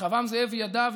רחבעם זאבי ידע,